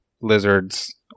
lizards